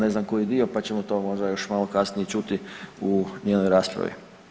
Ne znam koji dio, pa ćemo to možda još malo kasnije čuti u njenoj raspravi.